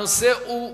הנושא הוא בוער,